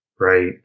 right